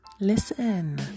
listen